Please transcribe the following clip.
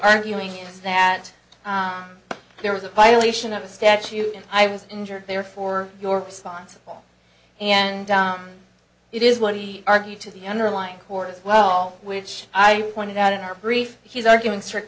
arguing is that there was a violation of a statute and i was injured therefore your response and it is what he argued to the underlying court as well which i pointed out in our brief he's arguing strict